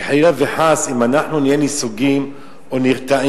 כי, חלילה וחס, אם אנחנו נסוגים, או נרתעים,